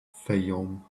fayoum